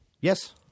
Yes